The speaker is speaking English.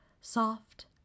Soft